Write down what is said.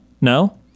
no